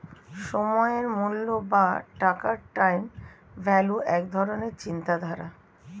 সময়ের মূল্য বা টাকার টাইম ভ্যালু এক ধরণের চিন্তাধারা